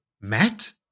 Matt